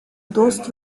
dost